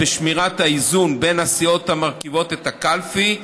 בשמירת האיזון בין הסיעות המרכיבות את הקלפי,